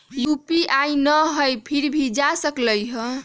UPI न हई फिर भी जा सकलई ह?